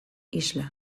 isla